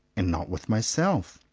and not with myself.